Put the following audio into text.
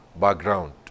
Background